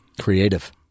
Creative